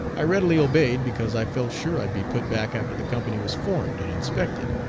i readily obeyed, because i felt sure i'd be put back after the company was formed and inspected,